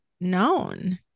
known